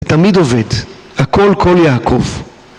תמיד עובד, הקול קול יעקב